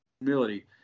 humility